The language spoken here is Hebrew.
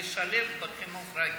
לשלב בחינוך רגיל.